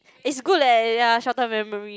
it's good leh ya short term memory